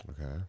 Okay